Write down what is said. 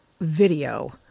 video